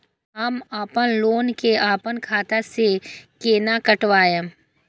हम अपन लोन के अपन खाता से केना कटायब?